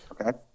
Okay